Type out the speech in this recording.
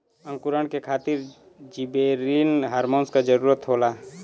अंकुरण के खातिर जिबरेलिन हार्मोन क जरूरत होला